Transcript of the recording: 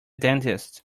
dentist